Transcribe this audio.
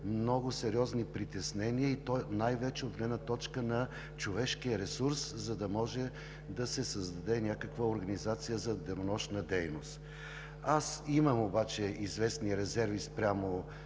много сериозни притеснения, и то най-вече от гледна точка на човешкия ресурс, за да може да се създаде някаква организация за денонощна дейност. Аз имам обаче известни резерви спрямо